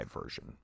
version